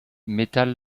metal